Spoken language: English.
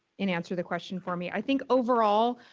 and answer the question for me. i think overall,